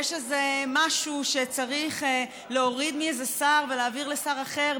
יש איזה משהו שצריך להוריד מאיזה שר ולהעביר לשר אחר,